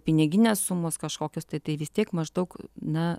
piniginės sumos kažkokios tai tai vis tiek maždaug na